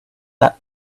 that